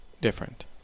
different